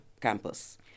campus